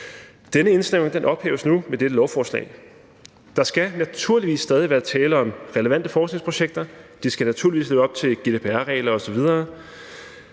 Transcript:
Denne indsnævring ophæves nu med dette lovforslag. Der skal naturligvis stadig være tale om relevante forskningsprojekter, og de skal naturligvis leve op til GDPR-regler osv.,